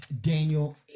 Daniel